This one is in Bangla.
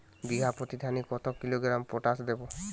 বিঘাপ্রতি ধানে কত কিলোগ্রাম পটাশ দেবো?